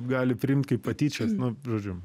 gali priimt kaip patyčias nu žodžiu